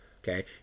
Okay